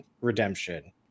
redemption